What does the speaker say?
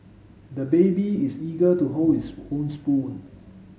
the baby is eager to hold his own spoon